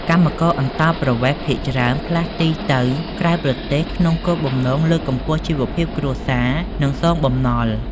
កម្មករអន្តោប្រវេសន៍ភាគច្រើនផ្លាស់ទីទៅក្រៅប្រទេសក្នុងគោលបំណងលើកកម្ពស់ជីវភាពគ្រួសារ និងសងបំណុល។